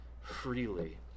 freely